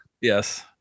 Yes